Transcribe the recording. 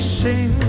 sing